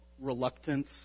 reluctance